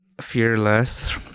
fearless